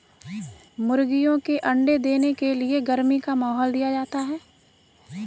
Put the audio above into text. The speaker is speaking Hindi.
मुर्गियों के अंडे देने के लिए गर्मी का माहौल दिया जाता है